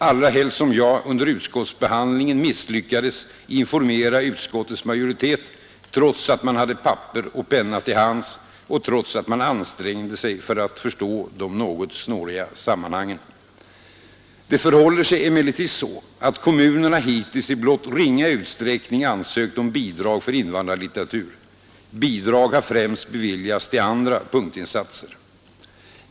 Allra helst som jag under utskottsbehandlingen misslyckades informera utskottets majoritet, trots att man hade papper och penna till hands och trots att man ansträngde sig att förstå de något snåriga sammanhangen. Det förhåller sig emellertid så att kommunerna hittills i blott ringa utsträckning ansökt om bidrag för invandrarlitteratur. Bidrag har främst beviljats till andra punktinsatser.